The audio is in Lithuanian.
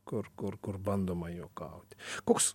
kur kur kur bandoma juokauti koks